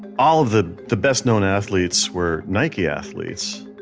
all the the best-known athletes were nike athletes.